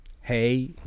hey